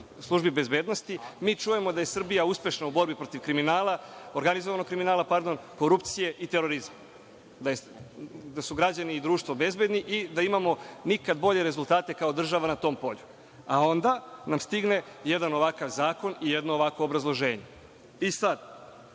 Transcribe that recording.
službi bezbednosti, mi čujemo da je Srbija uspešna u borbi protiv organizovanog kriminala, korupcije i terorizma, da su građani i društvo bezbedni i da imamo nikad bolje rezultate kao država na tom polju, a onda nam stigne jedan ovakav zakon i jedno ovakvo obrazloženje. I sad,